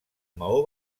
maó